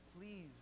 please